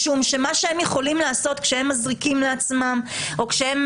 משום שמה שהם יכולים לעשות כשהם מזריקים לעצמם או כשהם